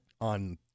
on